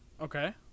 Okay